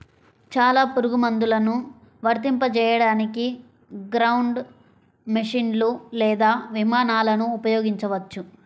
చాలా పురుగుమందులను వర్తింపజేయడానికి గ్రౌండ్ మెషీన్లు లేదా విమానాలను ఉపయోగించవచ్చు